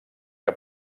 que